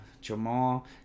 Jamal